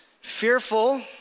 fearful